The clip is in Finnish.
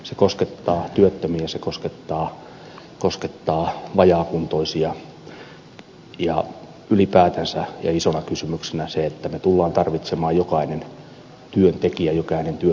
se koskettaa työttömiä se koskettaa vajaakuntoisia ja ylipäätänsä isona kysymyksenä on se että me tulemme tarvitsemaan jokaisen työntekijän jokaisen työtunnin